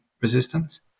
resistance